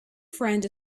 friend